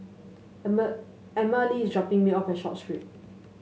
Emmalee is dropping me off at Short Street